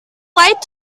light